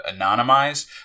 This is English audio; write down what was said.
anonymized